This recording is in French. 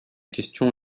question